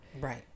Right